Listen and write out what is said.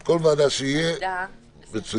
כל ועדה שיהיה מצוין.